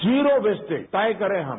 zero wastage तय करें हम